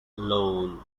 lone